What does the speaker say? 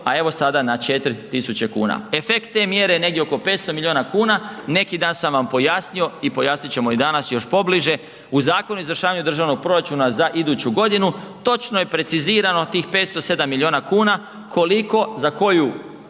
a evo sada na 4000 kuna. Efekt te mjere je negdje oko 500 milijuna kuna, neki dan sam vam pojasnio i pojasnit ćemo i danas još pobliže, u Zakonu o izvršavanju državnog proračuna za iduću godinu, točno je precizirano tih 507 milijuna kuna koliko za koju